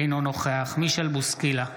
אינו נוכח מישל בוסקילה,